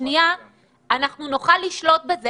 אנחנו נוכל לשלוט בזה.